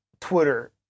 Twitter